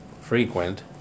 frequent